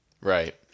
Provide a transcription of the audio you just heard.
Right